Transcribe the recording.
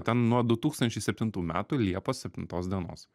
ten nuo du tūkstančiai septintų metų liepos septintos dienos